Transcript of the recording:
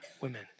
women